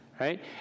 right